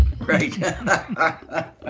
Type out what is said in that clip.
Right